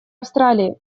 австралии